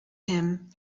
him